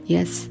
Yes